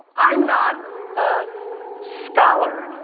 i'm not a scholar,